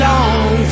Long